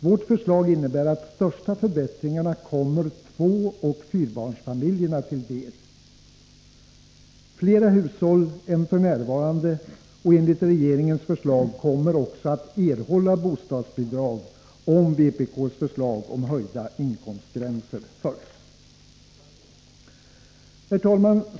Vårt förslag innebär att de största förbättringarna kommer tvåoch fyrabarnsfamiljerna till del. Flera hushåll än f. n. och flera än enligt regeringens förslag kommer också att erhålla bostadsbidrag, om vpk:s förslag om höjda inkomstgränser följs. Herr talman!